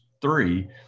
three